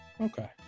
Okay